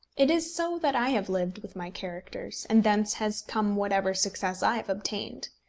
it is so that i have lived with my characters, and thence has come whatever success i have obtained.